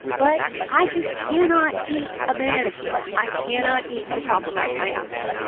but i just cannot eat a banana peel. i cannot eat the top of my pineapple.